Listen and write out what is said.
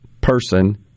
person